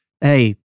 hey